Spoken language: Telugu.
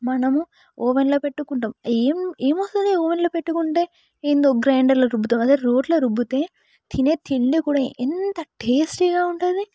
మనము ఓవెన్లో పెట్టుకుంటాం ఏం ఏమి వస్తుంది ఓవెన్లో పెట్టుకుంటే ఏందో గ్రైండర్లో రుబ్బుతాం అదే రోటిలో రుబ్బితే తినే తిండి కూడా ఎంత టేస్టీగా ఉంటుంది